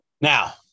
Now